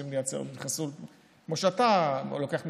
כמו שאתה לוקח מלחמה,